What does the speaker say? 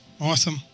Awesome